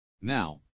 Now